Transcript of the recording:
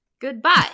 goodbye